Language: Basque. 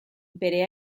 bere